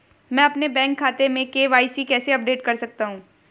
मैं अपने बैंक खाते में के.वाई.सी कैसे अपडेट कर सकता हूँ?